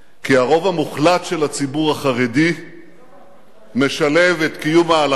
כי הרוב המוחלט של הציבור החרדי משלב את קיום ההלכה